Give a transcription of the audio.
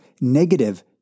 negative